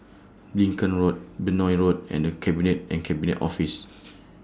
Lincoln Road Benoi Road and The Cabinet and Cabinet Office